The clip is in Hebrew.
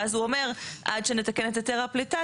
ואז הוא אומר: עד שנתקן את היתר הפליטה,